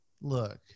Look